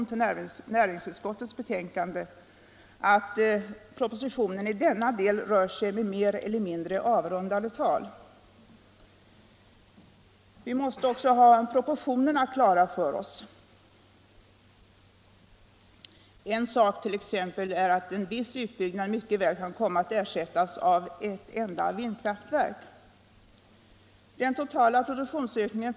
Det är ju alldeles uppenbart att vi inte kan sitta och spara hushållsenergi i små poster och samtidigt avsvära oss möjligheten att pröva energikonsumtion i kanske så stora poster att de svarar mot hela utbyggda vattenfall.